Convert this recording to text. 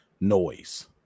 noise